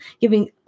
giving